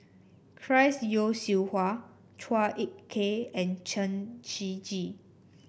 Chris Yeo Siew Hua Chua Ek Kay and Chen Shiji